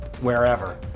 Wherever